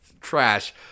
trash